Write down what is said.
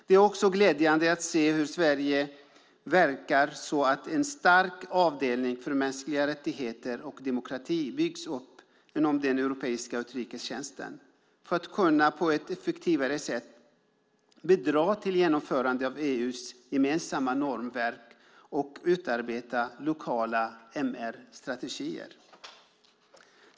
Det är också glädjande att se hur Sveriges regering verkar så att en stark avdelning för mänskliga rättigheter och demokrati byggs upp inom den europeiska utrikestjänsten för att kunna på ett effektivare sätt bidra till genomförande av EU:s gemensamma normverk och utarbeta lokala MR-strategier. Fru talman!